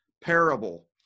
parable